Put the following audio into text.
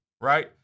right